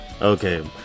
okay